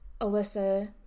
Alyssa